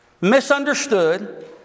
misunderstood